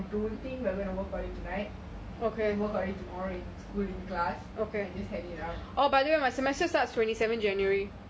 I don't think we're going to work on it tonight work on it tomorrow in school in class and just hand it up